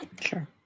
Sure